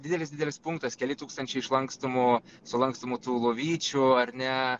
didelis didelis punktas keli tūkstančiai išlankstomų sulankstomų lovyčių ar ne